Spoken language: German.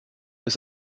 ist